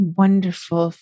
wonderful